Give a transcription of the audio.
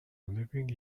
living